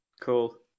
Cool